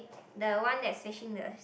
the one that's facing the